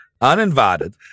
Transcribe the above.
uninvited